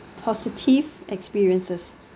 positive experiences